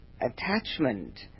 attachment